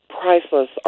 priceless